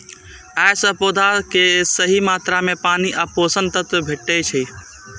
अय सं पौधा कें सही मात्रा मे पानि आ पोषक तत्व भेटै छै